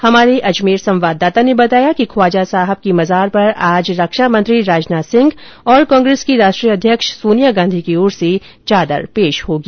हमारे संवाददाता ने बताया कि ख्वाजा साहब की मजार पर आज रक्षा मंत्री राजनाथ सिंह और कांग्रेस की राष्ट्रीय अध्यक्ष सोनिया गांधी की ओर चादर पेश होगी